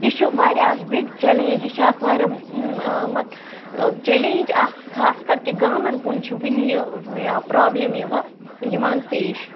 یہِ چھُ واریاہ اَکھ بِگ چیلینٛج یہِ چھِ اَکھ واریاہ مطلب چَلینٛج اَکھ خاص کَر کہِ گامَن کُن چھِ وٕنہِ یہِ پرٛابلِم یہِ یِوان پیش